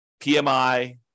PMI